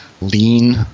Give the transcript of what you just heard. lean